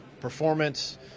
performance